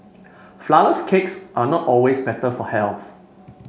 flourless cakes are not always better for health